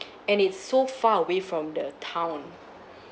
and it's so far away from the town